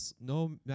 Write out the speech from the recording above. no